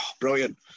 brilliant